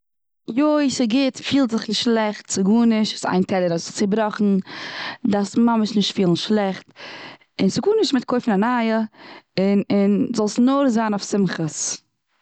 יוי, ס'איז גוט פיל זיך נישט שלעכט. ס'איז גארנישט. איין טעלער האט זיך נאר צובראכן. דארפסט ממש נישט פילן שלעכט, און ס'איז גארנישט מ'גייט קויפן א נייע. און, און ס'זאל נאר זיין אויף שמחת.